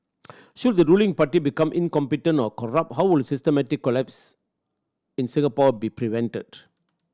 should the ruling party become incompetent or corrupt how would a systematic collapse in Singapore be prevented